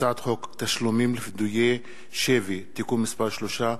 הצעת חוק תשלומים לפדויי שבי (תיקון מס' 3),